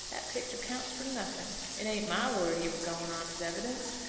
that picter counts for nothing. it ain't my word you were going on as evidence.